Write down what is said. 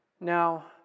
Now